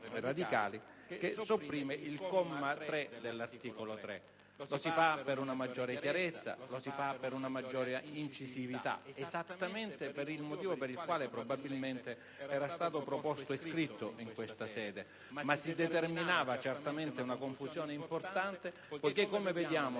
che sopprime il comma 3 dell'articolo 3; lo si fa per una maggiore chiarezza ed incisività, esattamente per il motivo per cui probabilmente era stato proposto e scritto in questa sede. Ma si determinava certamente una confusione importante poiché, come vediamo